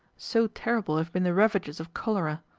so terrible have been the ravages of cholera.